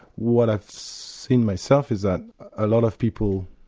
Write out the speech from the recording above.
what i've seen myself is that a lot of people,